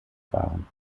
fahren